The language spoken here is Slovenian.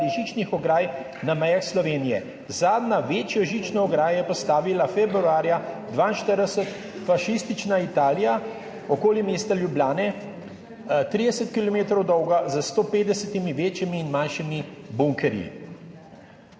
žičnih ograj na mejah Slovenije. Zadnjo večjo žično ograjo je postavila februarja 1942 fašistična Italija okoli mesta Ljubljane, 30 kilometrov dolg, z 150 večjimi in manjšimi bunkerji.